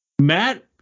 Matt